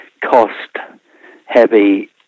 cost-heavy